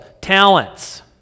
talents